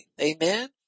Amen